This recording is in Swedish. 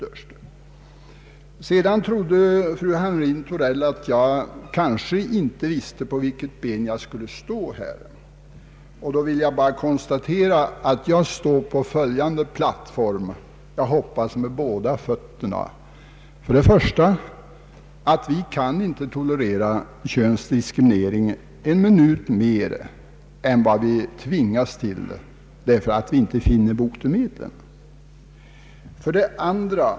Fru Hamrin-Thorell trodde att jag inte visste på vilket ben jag skulle stå, och därför vill jag konstatera att jag står — jag hoppas med båda fötterna — på följande plattform. Vi skall inte tolerera könsdiskriminering en minut längre än vad vi tvingas till därför att vi inte finner botemedlen.